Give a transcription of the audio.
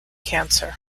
cancer